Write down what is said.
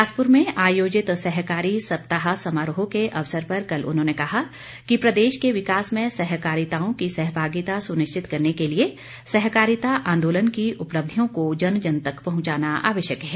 बिलासपुर में आयोजित सहकारी सप्ताह समारोह के अवसर पर कल उन्होंने कहा कि प्रदेश के विकास में सहकारिताओं की सहभागिता सुनिश्चित करने के लिए सहकारिता आंदोलन की उपलब्धियों को जन जन तक पहुंचाना आवश्यक है